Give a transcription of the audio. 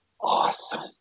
Awesome